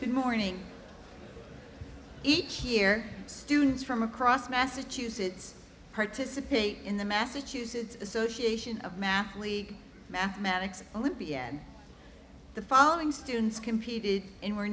good morning each year students from across massachusetts participate in the massachusetts association of math league mathematics olympia the following students competed in were